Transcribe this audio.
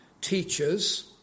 teachers